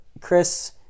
Chris